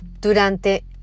durante